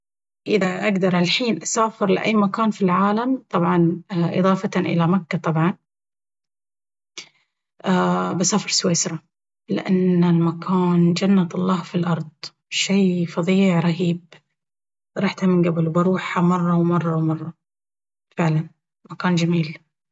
أذا اقدر ألحين أسافرلأي مكان في العالم… طبعا إضافة إلى مكة طبعا… بسافر سويسرا لأن المكان جنة الله في الأرض... شيء فظيع رهيب رحتها من قبل وبروحها مرة ومرة ومرة... فعلا مكان جميل